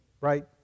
right